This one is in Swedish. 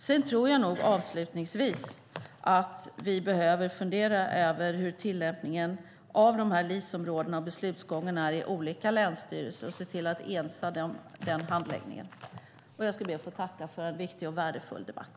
Sedan tror jag nog avslutningsvis att vi behöver fundera över hur tillämpningen av LIS-områdena och beslutsgångarna är i olika länsstyrelser och se till att ensa deras handläggning. Jag ber att få tacka för en viktig och värdefull debatt.